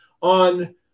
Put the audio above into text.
on